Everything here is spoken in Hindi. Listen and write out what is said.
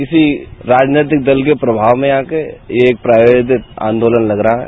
किसी राजनैतिक दल के प्रभाव में आके यह प्रायोजित आंदोलन लग रहा है